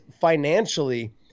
financially